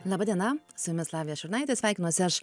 laba diena su jumis lavija šurnaitė sveikinuosi aš